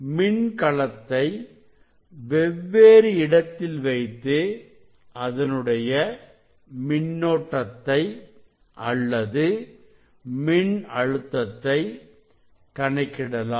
மின்கலத்தை வெவ்வேறு இடத்தில் வைத்து அதனுடைய மின்னோட்டத்தை அல்லது மின்னழுத்தத்தை கணக்கிடலாம்